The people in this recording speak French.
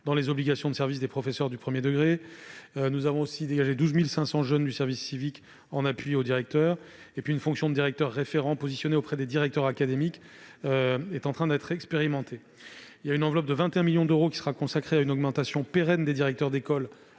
dans les obligations de service des professeurs du premier degré. Nous avons également affecté 12 500 jeunes du service civique en appui aux directeurs. Enfin, une fonction de directeur référent auprès des directeurs académiques est en train d'être expérimentée. Une enveloppe de 21 millions d'euros sera consacrée à une augmentation pérenne des directeurs d'école